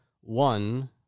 one